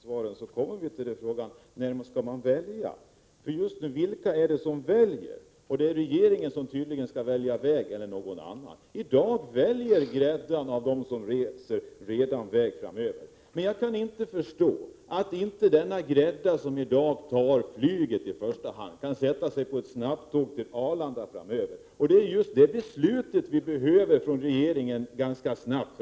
Herr talman! Återigen kommer vi alltså till frågan: När skall man välja? Vilka är det som väljer just nu? Det är tydligen regeringen eller någon annan som skall välja väg. Redan i dag väljer gräddan av dem som reser. Jag kan inte förstå att inte denna grädda, som i dag i första hand tar flyget, i fortsättningen kan sätta sig på ett snabbtåg till Arlanda. Det är just det beslutet som vi behöver från regeringen ganska snart.